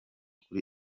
kuri